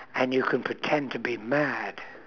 and you can pretend to be mad